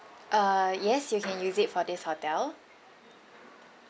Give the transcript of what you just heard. uh yes you can use it for this hotel